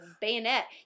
bayonet